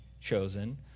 chosen